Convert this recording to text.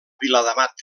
viladamat